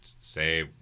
say